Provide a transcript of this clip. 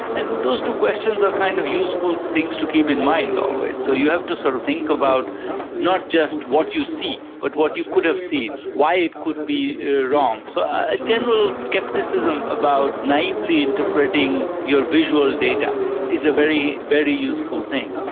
and those two questions are kind of useful things to keep in mind always. so you have to sort of think about not just what you see but what you could have seen, why it could be wrong. so a general scepticism about naively interpreting your visual data is a very, very useful thing.